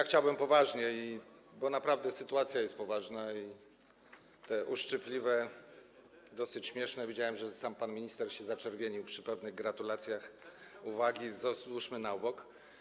Chciałbym mówić poważnie, bo naprawdę sytuacja jest poważna i te uszczypliwe, dosyć śmieszne - widziałem, że sam pan minister się zaczerwienił przy pewnych gratulacjach - uwagi odłóżmy na bok.